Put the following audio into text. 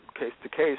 case-to-case